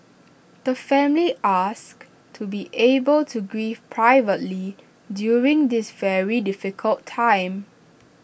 the family asks to be able to grieve privately during this very difficult time